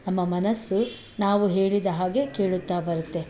ನಮ್ಮ ಮನಸ್ಸು ನಾವು ಹೇಳಿದ ಹಾಗೆ ಕೇಳುತ್ತಾ ಬರುತ್ತೆ